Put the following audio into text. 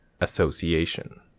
association